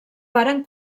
varen